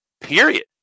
period